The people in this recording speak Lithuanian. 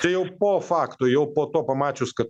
tai jau po fakto jau po to pamačius kad